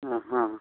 ᱦᱮᱸ ᱦᱮᱸ